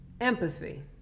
empathy